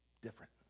different